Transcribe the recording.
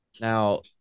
Now